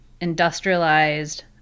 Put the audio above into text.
industrialized